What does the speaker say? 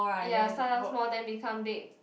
ya start out small then become big